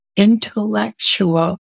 intellectual